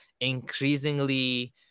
increasingly